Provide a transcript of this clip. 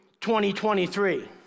2023